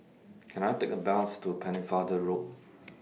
Can I Take A Bus to Pennefather Road